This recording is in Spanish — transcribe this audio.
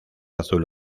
azul